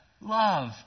Love